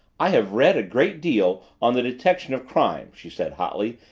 i have read a great deal on the detection of crime, she said hotly,